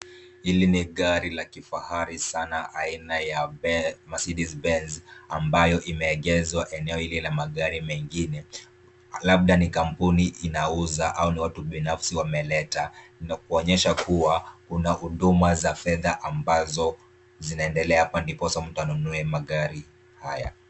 Hili ni gari la kifahari sana aina ya mercedes Benz ambayo imeegezwa eneo lililo na magari mengine. Labda ni kampuni inauza au ni watu binafsi wameleta na kuonyesha kua kuna huduma za fedha ambazo zinaendelea hapa ndiposa mtu anunue magari haya.